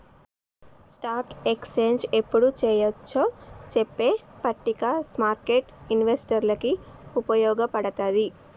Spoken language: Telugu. స్టాక్ ఎక్స్చేంజ్ యెప్పుడు చెయ్యొచ్చో చెప్పే పట్టిక స్మార్కెట్టు ఇన్వెస్టర్లకి వుపయోగపడతది